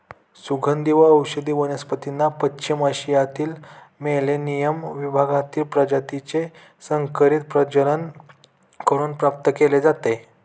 सुगंधी व औषधी वनस्पतींना पश्चिम आशियातील मेलेनियम विभागातील प्रजातीचे संकरित प्रजनन करून प्राप्त केले जाते